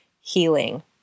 healing